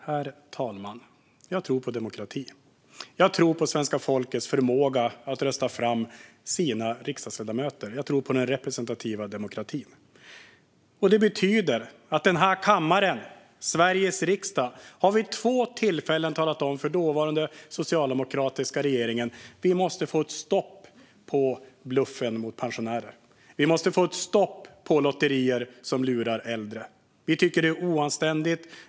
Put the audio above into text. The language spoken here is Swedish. Herr talman! Jag tror på demokrati. Jag tror på svenska folkets förmåga att rösta fram sina riksdagsledamöter. Jag tror på den representativa demokratin. Den här kammaren, Sveriges riksdag, har vid två tillfällen talat om för den dåvarande socialdemokratiska regeringen att man vill få ett stopp på bluffen mot pensionärerna. Det måste bli ett stopp för lotterier som lurar äldre. Vi tycker att det är oanständigt.